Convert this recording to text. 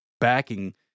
backing